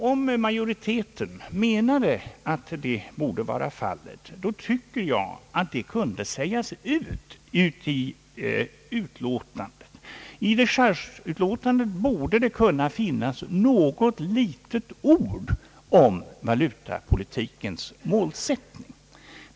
Om majoriteten menar att detta borde vara fallet, tycker jag att det kunde sägas ut i utlåtandet. I dechargeutlåtandet borde det kunna finnas något litet ord om valutapolitikens målsättning.